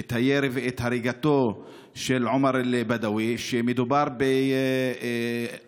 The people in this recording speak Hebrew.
את הירי ואת הריגתו של עומר אל-בדווי, מדובר בצעיר